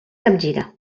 capgira